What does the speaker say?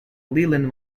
leland